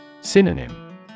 Synonym